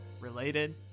related